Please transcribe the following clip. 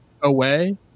away